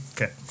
Okay